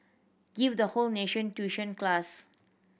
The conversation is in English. give the whole nation tuition class